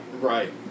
right